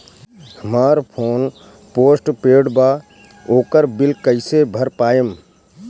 हमार phone postpaid बा ओकर बिल कईसे भर पाएम?